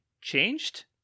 changed